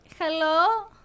Hello